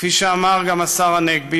כפי שאמר גם השר הנגבי,